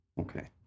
Okay